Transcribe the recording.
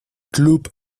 club